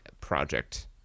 project